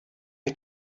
had